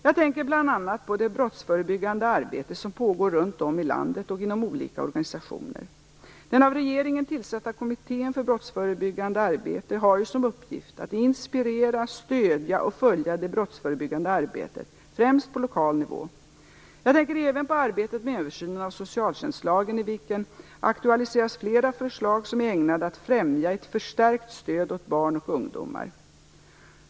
Jag tänker bl.a. på det brottsförebyggande arbete som pågår runt om i landet och inom olika organisationer. Den av regeringen tillsatta kommittén för brottsförebyggande arbete har ju som uppgift att inspirera, stödja och följa det brottsförebyggande arbetet, främst på lokal nivå. Jag tänker även på arbetet med översynen av socialtjänstlagen, i vilken aktualiseras flera förslag som är ägnade att främja ett förstärkt stöd åt barn och ungdomar.